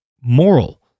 moral